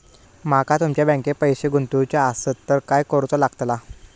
माका तुमच्या बँकेत पैसे गुंतवूचे आसत तर काय कारुचा लगतला?